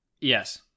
Yes